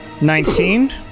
Nineteen